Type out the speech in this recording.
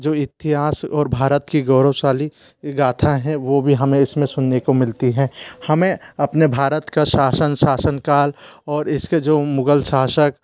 जो इतिहास और भारत की गौरवशाली गाथा हैं वो भी हमे इसमें सुनने को मिलती है हमें अपने भारत का शासन शासनकाल और इसके जो मुगल शासक